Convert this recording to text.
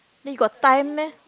then you got time meh